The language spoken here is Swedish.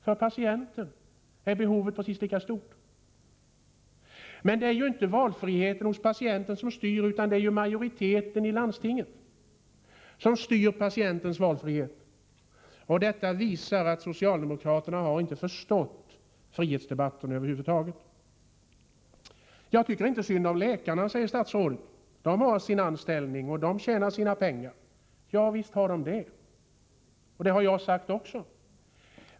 För patienten är behovet precis lika stort, men det är ju inte valfriheten hos patienten som styr utan det är majoriteten i landstingen som styr denna valfrihet. Detta visar att socialdemokraterna inte har förstått frihetsdebatten över huvud taget. Jag tycker inte synd om läkarna, säger statsrådet, de har sin anställning och de tjänar sina pengar. Ja visst, det är riktigt. Det har jag sagt också.